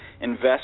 invest